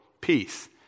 peace